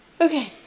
Okay